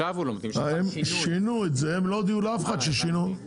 הם שינו ולא הודיעו לאף אחד ששינו.